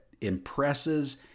impresses